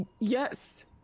Yes